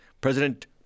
President